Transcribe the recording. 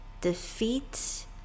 defeat